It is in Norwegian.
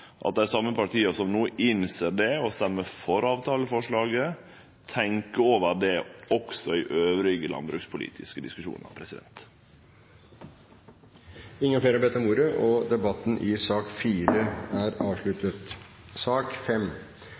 at dei same partia som no innser det og stemmer for avtaleforslaget, tenkjer over det òg i andre landbrukspolitiske diskusjonar. Flere har ikke bedt om ordet